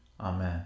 Amen